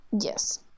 Yes